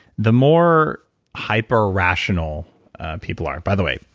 the more hyper rational people are. by the way,